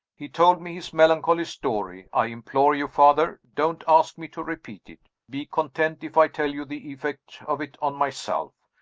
he told me his melancholy story. i implore you, father, don't ask me to repeat it! be content if i tell you the effect of it on myself.